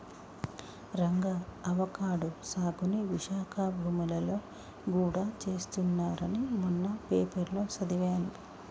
Ranga avocado సాగుని విశాఖ భూములలో గూడా చేస్తున్నారని మొన్న పేపర్లో సదివాను